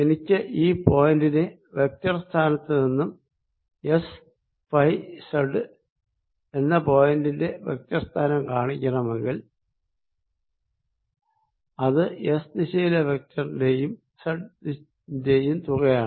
എനിക്ക് ഈ പോയിന്റി ന്റെ വെക്ടർ സ്ഥാനത്തു നിന്നും എസ്ഫൈസെഡ് എന്ന പോയിന്റി ന്റെ വെക്ടർ സ്ഥാനം കാണിക്കണമെങ്കിൽ അത് എസ് ദിശയിലെ വെക്ടറിന്റെയും സെഡ് ന്റെയും തുകയാണ്